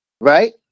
Right